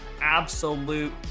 absolute